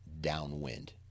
downwind